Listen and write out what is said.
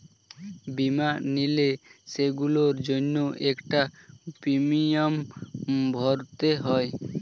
বীমা নিলে, সেগুলোর জন্য একটা প্রিমিয়াম ভরতে হয়